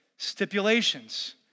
Stipulations